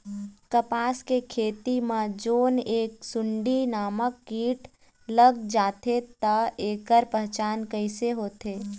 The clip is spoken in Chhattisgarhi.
कपास के खेती मा जोन ये सुंडी नामक कीट लग जाथे ता ऐकर पहचान कैसे होथे?